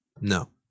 No